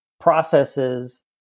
processes